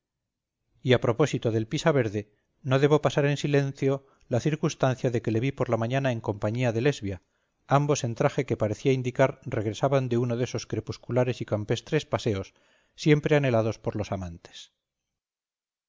y a propósito del pisaverde no debo pasar en silencio la circunstancia de que le vi por la mañana en compañía de lesbia ambos en traje que parecía indicar regresaban de uno de esos crepusculares y campestres paseos siempre anhelados por los amantes